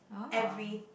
every